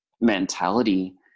mentality